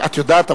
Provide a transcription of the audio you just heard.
את יודעת,